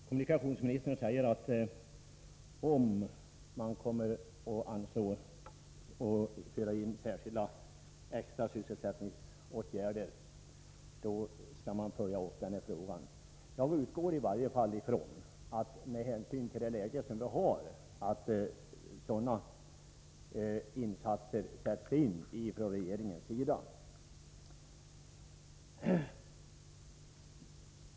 Herr talman! Kommunikationsministern säger att han, om regeringen kommer att anslå extra medel för särskilda sysselsättningsåtgärder, skall följa upp denna fråga. Med hänsyn till det arbetsmarknadsläge som vi har utgår jag från att sådana åtgärder sätts in från regeringens sida.